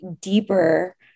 deeper